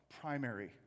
primary